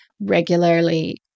regularly